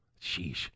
Sheesh